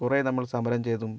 കുറേ നമ്മൾ സമരം ചെയ്തും